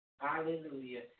Hallelujah